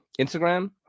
Instagram